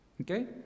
Okay